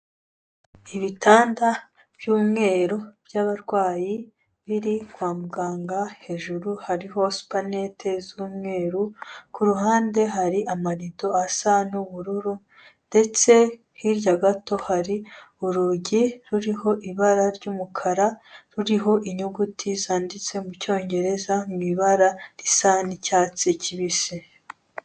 Ibitanda by'umweru by'abarwayi biri kwamuganga, hejuru hariho supanete z'umweru, ku hunde hari amarido asa n'ubururu, ndetse hirya gato hari urugi ruriho ibara ry'umukara, ruriho inyuguti zanditse mu cyongereza mw'ibara risa n'icyatsi kibisi.